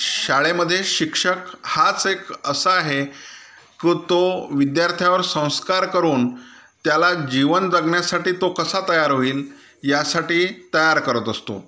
शाळेमध्ये शिक्षक हाच एक असा आहे को तो विद्यार्थ्यावर संस्कार करून त्याला जीवन जगण्यासाठी तो कसा तयार होईल यासाठी तयार करत असतो